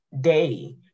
day